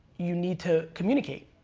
you need to communicate.